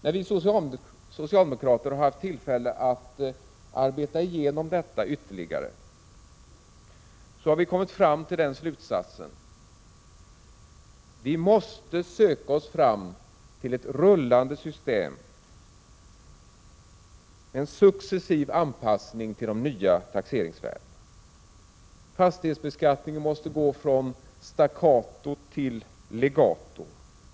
När vi socialdemokrater haft tillfälle att arbeta igenom detta ytterligare, har vi kommit fram till slutsatsen att vi måste försöka få till stånd ett rullande system, en successiv anpassning till de nya taxeringsvärdena. Fastighetsbeskattningen måste gå från staccato till legato.